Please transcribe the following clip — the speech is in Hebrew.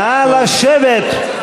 נא לשבת.